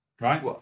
Right